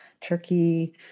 turkey